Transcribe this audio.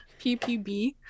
PPB